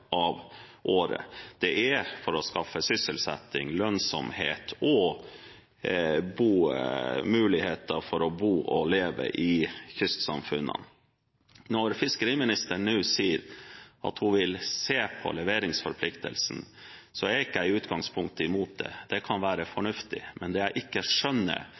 av året. Det er for å skaffe sysselsetting, lønnsomhet og muligheter for å bo og leve i kystsamfunnene. Når fiskeriministeren nå sier at hun vil se på leveringsforpliktelsen, er ikke jeg i utgangspunktet imot det – det kan være fornuftig. Men det jeg ikke skjønner,